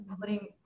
putting